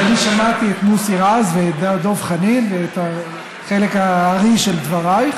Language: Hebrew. אז אני שמעתי את מוסי רז ואת דברי חנין ואת חלק הארי של דברייך,